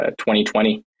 2020